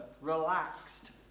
relaxed